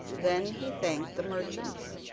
then he thanked the merchants,